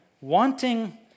wanting